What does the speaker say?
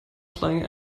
playing